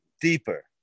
deeper